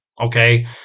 Okay